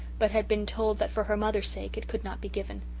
but had been told that for her mother's sake it could not be given.